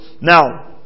Now